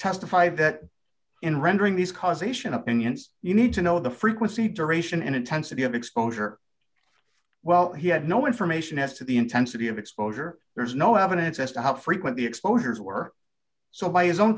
that in rendering these causation opinions you need to know the frequency duration and intensity of exposure well he had no information as to the intensity of exposure there is no evidence as to how frequently exposures were so by his own